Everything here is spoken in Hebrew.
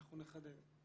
אנחנו נחדד.